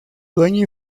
dueño